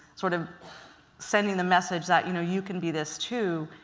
sort of sending the message that you know you can be this too.